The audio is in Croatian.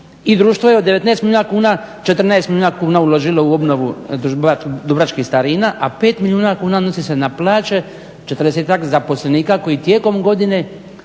i društvo je od 19 milijuna kuna 14 milijuna kuna uložilo u obnovu dubrovačkih starina a 5 milijuna kuna odnosi se na plaće 40-ak zaposlenika koji tijekom godine